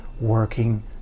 working